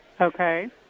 Okay